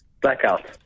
Blackout